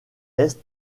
est